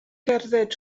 gerdded